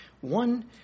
one